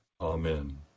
Amen